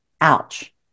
Ouch